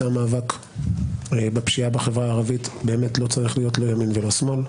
המאבק בפשיעה בחברה הערבית באמת לא צריך להיות לא ימין ולא שמאל.